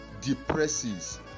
depresses